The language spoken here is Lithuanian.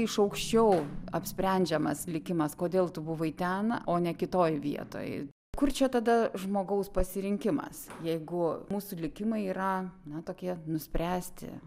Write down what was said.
iš aukščiau apsprendžiamas likimas kodėl tu buvai ten o ne kitoj vietoj kur čia tada žmogaus pasirinkimas jeigu mūsų likimai yra na tokie nuspręsti